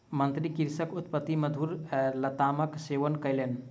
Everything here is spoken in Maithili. मंत्री कृषकक उत्पादित मधुर लतामक सेवन कयलैन